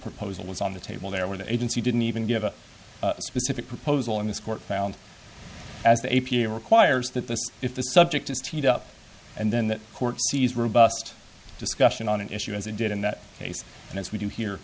proposal is on the table there where the agency didn't even give a specific proposal in this court found as the a p a requires that this if the subject is teed up and then the court sees robust discussion on an issue as it did in that case and as we do here